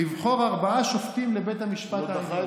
לבחור ארבעה שופטים לבית המשפט העליון.